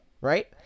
Right